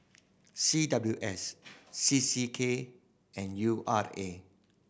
C W S C C K and U R A